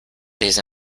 these